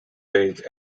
page